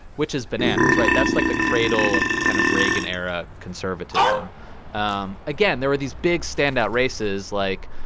which is bananas, right? that's like the cradle of kind of reagan-era conservatism um again, there were these big standout races, like,